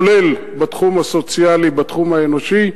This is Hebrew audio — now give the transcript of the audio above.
כולל בתחום הסוציאלי, בתחום האנושי,